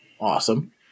Awesome